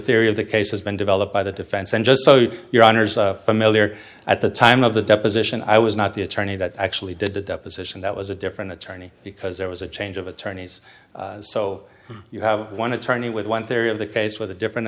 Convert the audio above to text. theory of the case has been developed by the defense and just so your honour's familiar at the time of the deposition i was not the attorney that actually did the deposition that was a different attorney because there was a change of attorneys so you have one attorney with one theory of the case with a different